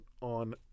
on